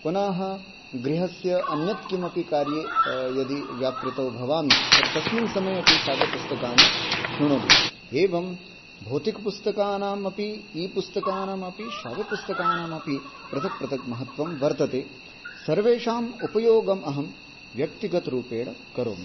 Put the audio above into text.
पुनः गृहस्य अन्यत् किमपि कार्ये यदि व्यापृतो भवामि तर्हि तस्मिन् समयेऽपि श्राव्यपुस्तकानि शृणोमि एवं भौतिकपुस्तकानामपि ई पुस्तकानामपि श्राव्यपुस्तकानामपि पृथक् पृथक् महत्वं वर्तते सर्वेषाम् उपयोगम् अहं व्यक्तिगतरूपेण करोमि